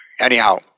Anyhow